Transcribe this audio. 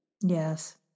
Yes